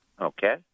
Okay